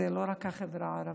זו לא רק החברה הערבית,